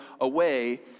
away